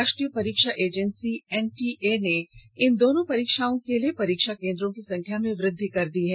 राष्ट्रीय परीक्षा agency NTA ने इन दोनों परीक्षाओं के लिए परीक्षा केन्द्रो की संख्या में वृद्धि कर दी है